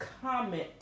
comment